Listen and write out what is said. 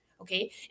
Okay